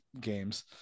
games